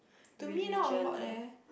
to me know a lot leh